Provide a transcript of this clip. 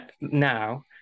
now